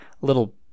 little